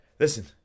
listen